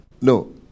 no